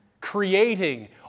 creating